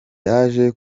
yaje